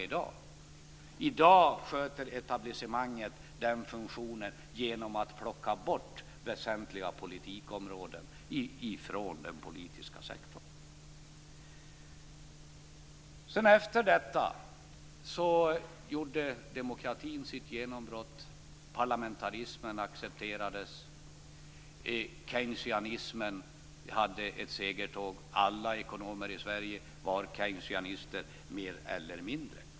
I dag sköter etablissemanget den funktionen genom att plocka bort väsentliga politikområden från den politiska sektorn. Efter detta fick demokratin sitt genombrott. Parlamentarismen accepterades. Keynesianismen hade ett segertåg. Alla ekonomer i Sverige var mer eller mindre keynesianer.